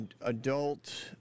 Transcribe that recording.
adult